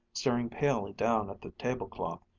staring palely down at the tablecloth,